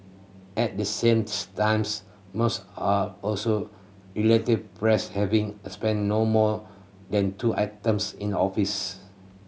at the sames times most are also relative fresh having spent no more than two items in office